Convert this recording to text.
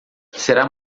será